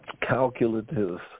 calculative